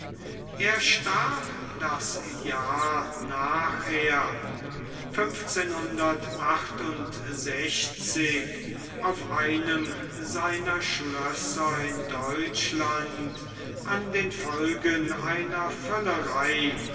er starb das jahr nachher auf einem seiner schlösser in deutschland an den folgen einer völlerei